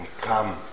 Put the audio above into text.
come